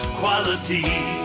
quality